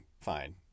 fine